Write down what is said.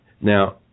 Now